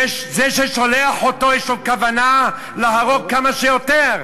זה ששולח אותו, יש לו כוונה להרוג כמה שיותר.